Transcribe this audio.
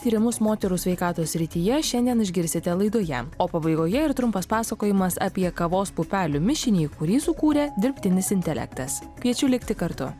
tyrimus moterų sveikatos srityje šiandien išgirsite laidoje o pabaigoje ir trumpas pasakojimas apie kavos pupelių mišinį kurį sukūrė dirbtinis intelektas kviečiu likti kartu